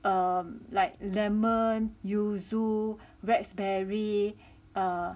um like lemon yuzu raspberry err